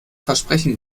versprechen